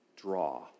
draw